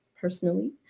personally